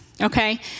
Okay